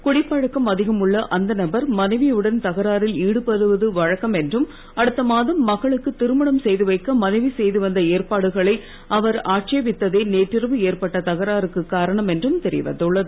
குடிப்பழக்கம் அதிகம் உள்ள அந்த நபர் மனைவிடன் தகராறில் ஈடுபடுவது வழக்கம் என்றும் அடுத்த மாதம் மகளுக்கு திருமணம் செய்து வைக்க மனைவி செய்து வந்த ஏற்பாடுகளை அவர் ஆட்சேபித்ததே நேற்றிரவு ஏற்பட்ட தகராறுக்கு காரணம் என்றும் தெரிய வந்துள்ளது